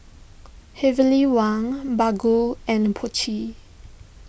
Heavenly Wang Bargo and Pucci